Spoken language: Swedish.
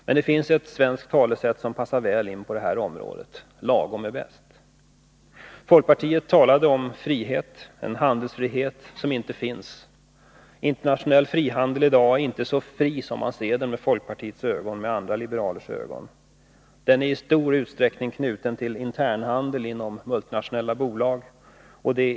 Men det finns ett svenskt talesätt som passar väl in på detta område: Lagom är bäst. Folkpartiet talar om frihet, om en handelsfrihet som inte finns. Internationell frihandel i dag är inte så fri som folkpartiet och andra liberaler tror. Den är i stor utsträckning knuten till internhandel inom multinationella bolag.